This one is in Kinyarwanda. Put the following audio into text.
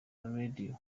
radio